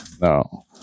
No